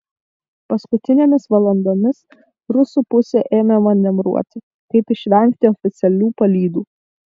paskutinėmis valandomis rusų pusė ėmė manevruoti kaip išvengti oficialių palydų